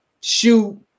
shoot